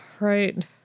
Right